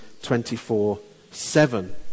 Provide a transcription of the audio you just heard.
24-7